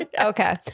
Okay